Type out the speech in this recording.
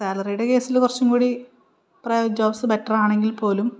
സാലറിയുടെ കേസിൽ കുറച്ചുംകൂടി private jobs ബെറ്ററാണെങ്കിൽപ്പോലും